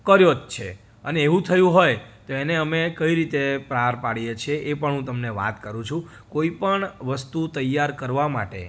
કર્યો જ છે અને એવું થયું હોય તો એને અમે કઈ રીતે પાર પાડીએ છે એ પણ હું તમને વાત કરું છું કોઈપણ વસ્તુ તૈયાર કરવા માટે